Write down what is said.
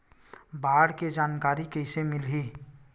बाढ़ के जानकारी कइसे मिलही?